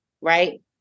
right